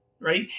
right